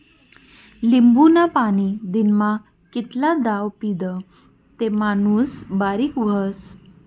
लिंबूनं पाणी दिनमा कितला दाव पीदं ते माणूस बारीक व्हस?